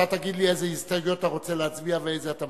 אתה תגיד לי על איזה הסתייגויות אתה רוצה להצביע ועל איזה אתה מוותר.